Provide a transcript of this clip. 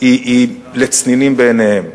היא לצנינים בעיניהם.